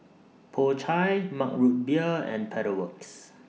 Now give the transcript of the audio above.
Po Chai Mug Root Beer and Pedal Works